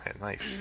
Nice